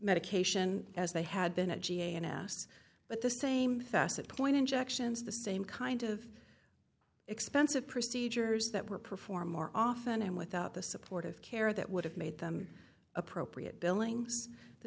medication as they had been a ga and asked but the same facet point injections the same kind of expensive procedures that were performed more often and without the support of care that would have made them appropriate billings the